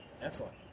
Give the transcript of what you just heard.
Excellent